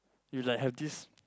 you like have this